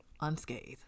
unscathed